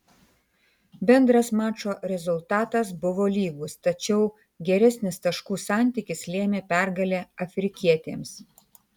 bendras mačo rezultatas buvo lygus tačiau geresnis taškų santykis lėmė pergalę afrikietėms